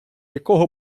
якого